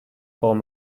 form